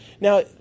Now